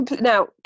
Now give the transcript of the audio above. now